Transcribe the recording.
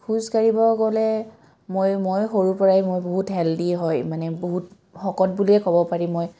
খোজকাঢ়িব গ'লে মই মই সৰুৰপৰাই মই বহুত হেলডি হয় মানে বহুত শকত বুলিয়ে ক'ব পাৰি মই